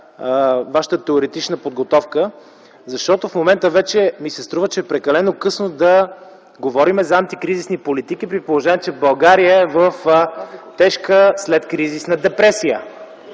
Вашата теоретична подготовка. Защото в момента вече ми се струва, че е прекалено късно да говорим за антикризисни политики, при положение че България е в тежка следкризисна депресия